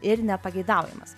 ir nepageidaujamas